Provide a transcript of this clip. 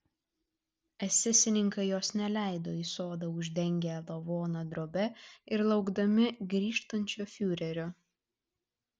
esesininkai jos neleido į sodą uždengę lavoną drobe ir laukdami grįžtančio fiurerio